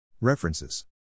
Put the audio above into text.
References